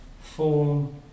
form